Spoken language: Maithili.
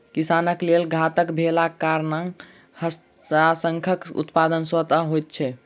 किसानक लेल घातक भेलाक कारणेँ हड़ाशंखक उत्पादन स्वतः होइत छै